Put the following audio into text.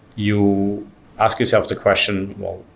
you ask yourself the question well,